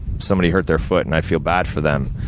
somebody hurt their foot, and i feel bad for them.